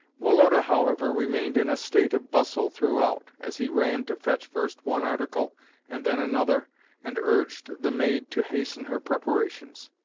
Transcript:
woloda, however, remained in a state of bustle throughout as he ran to fetch first one article and then another and urged the maid to hasten her preparations.